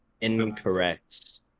incorrect